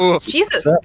Jesus